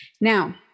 Now